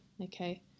Okay